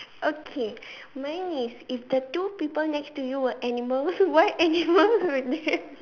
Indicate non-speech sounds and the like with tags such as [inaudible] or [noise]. okay mine is if the two people next to you were animals what animals would they [laughs] be